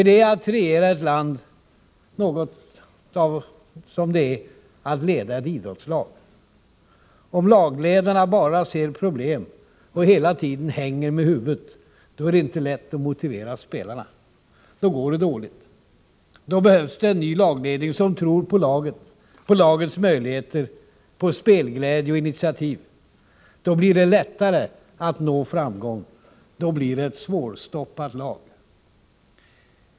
Ty att regera ett land är som att leda ett idrottslag: om lagledarna bara ser problem och hela tiden hänger med huvudet, är det inte lätt att motivera spelarna. Då går det dåligt. Då behövs en ny lagledning, som tror på laget, på lagets möjligheter, på spelglädje och initiativ. Då blir det lättare att nå framgång. Då blir det ett svårstoppat lag.